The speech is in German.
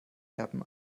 erben